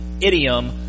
idiom